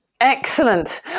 excellent